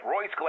Royce